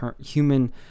human